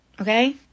okay